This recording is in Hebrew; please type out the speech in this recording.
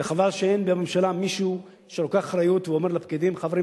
חבל שאין בממשלה מישהו שלוקח אחריות ואומר לפקידים: חברים,